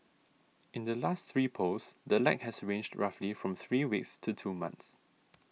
in the last three polls the lag has ranged roughly from three weeks to two months